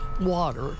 water